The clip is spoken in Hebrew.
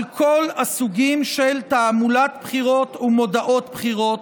על כל הסוגים של תעמולת בחירות ומודעות בחירות,